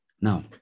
Now